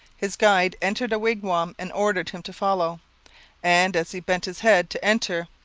his guide entered a wigwam and ordered him to follow and, as he bent his head to enter,